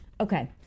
Okay